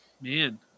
man